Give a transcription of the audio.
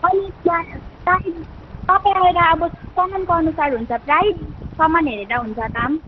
अनि त्यहाँ प्राइज सबै हेरेर अब सामानको अनुसार हुन्छ प्राइज सामान हेरेर हुन्छ दाम